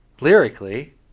Lyrically